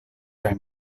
kaj